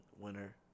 winner